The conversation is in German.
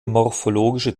morphologische